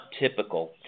typical